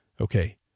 Okay